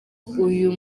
uyu